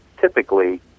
typically